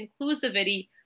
inclusivity